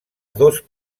dos